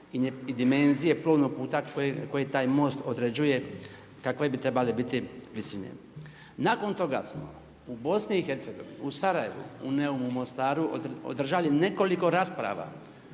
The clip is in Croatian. i dimenzije plovnog puta koje taj most određuje, kakve bi trebale biti visine. Nakon toga smo u BiH, u Sarajevu, u Neumu, u Mostaru održali nekoliko rasprava